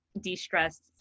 de-stressed